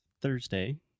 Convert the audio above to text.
Thursday